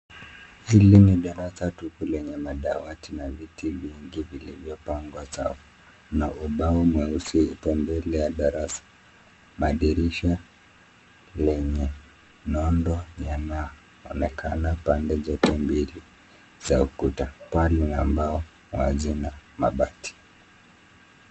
Hili ni darasa tupu lenye madawati na viti vingi vilivyopangwa sawa na ubao mweusi uko mbele ya darasa. Madirisha lenye nondo yanaonekana pande zote mbili za ukuta. Paa ni za mbao na hazina mabati.